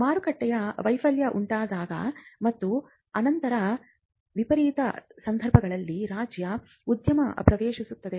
ಮಾರುಕಟ್ಟೆ ವೈಫಲ್ಯ ಉಂಟಾದಾಗ ಮತ್ತು ಅಂತಹ ವಿಪರೀತ ಸಂದರ್ಭಗಳಲ್ಲಿ ರಾಜ್ಯವು ಮಧ್ಯಪ್ರವೇಶಿಸುತ್ತದೆ